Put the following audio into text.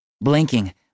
Blinking